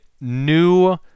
new